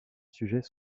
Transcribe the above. sujet